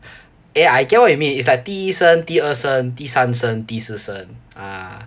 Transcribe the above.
ya I get what you mean it's like 第一声第二声第三声第四声 ah